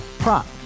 Prop